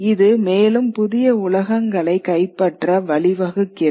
இது மேலும் புதிய உலகங்களைக் கைப்பற்ற வழிவகுக்கிறது